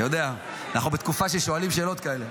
אתה יודע, אנחנו בתקופה ששואלים שאלות כאלה.